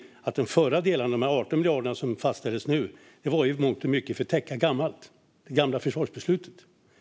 Detta med hänsyn till att de 18 miljarder som fastställdes nu i mångt och mycket var till för att täcka det gamla försvarsbeslutet.